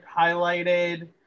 highlighted